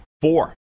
four